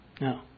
No